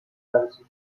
بررسی